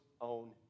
own